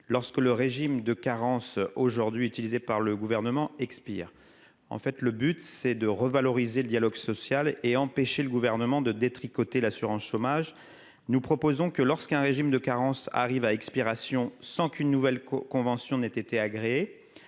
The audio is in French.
lorsque le régime de carence aujourd'hui utilisée par le gouvernement, expire en fait le but c'est de revaloriser le dialogue social et empêcher le gouvernement de détricoter l'assurance chômage, nous proposons que lorsqu'un régime de carence arrive à expiration sans qu'une nouvelle convention n'ait été agréé